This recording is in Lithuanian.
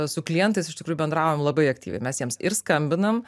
su klientais iš tikrųjų bendraujam labai aktyviai mes jiems ir skambinam